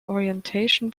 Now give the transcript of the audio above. orientation